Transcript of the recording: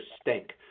stink